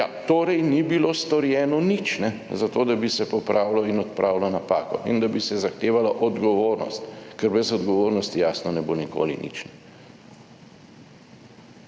torej ni bilo storjeno nič zato, da bi se popravilo in odpravilo napako in da bi se zahtevalo odgovornost, ker brez odgovornosti, jasno, ne bo nikoli nič.